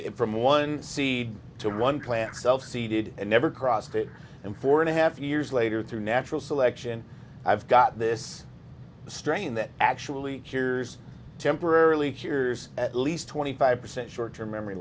it from one seed to one plant self seeded and never crossed it in four and a half years later through natural selection i've got this strain that actually here's temporarily here's at least twenty five percent short term memory